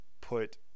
put